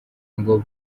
ngo